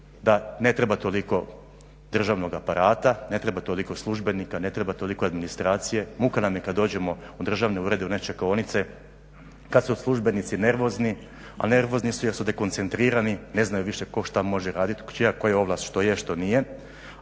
da ne treba toliko državnog aparata, ne treba toliko službenika, ne treba toliko administracije, muka nam je kad dođemo u državne urede, u one čekaonice, kad su službenici nervozni a nervozni su jer su dekoncentrirani, ne znaju više tko šta može radit, čija je koja ovlast, što je, što nije,